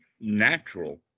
natural